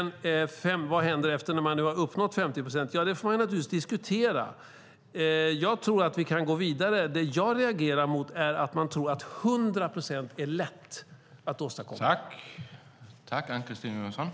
Vad händer när man har uppnått 50 procent förnybar energi? Det får man naturligtvis diskutera. Jag tror att vi kan gå vidare. Det som jag reagerar mot är att man tror att det är lätt att åstadkomma 100 procent förnybar energi.